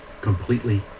completely